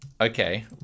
Okay